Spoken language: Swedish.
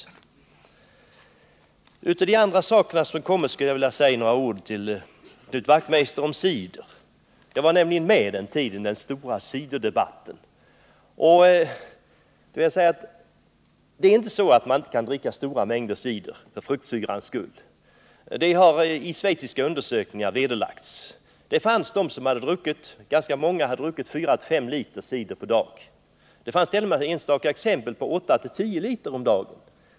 Jag skulle också vilja säga några ord till Knut Wachtmeister om cider. Jag var nämligen med i den stora ciderdebatten. Det är inte så att man inte kan dricka stora mängder cider för fruktsyrans skull — det har vederlagts i schweiziska undersökningar. Ganska många hade druckit 4-5 liter cider per dag. Det fanns t.o.m. enstaka exempel på 8-10 liter om dagen.